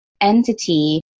entity